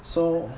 so